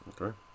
Okay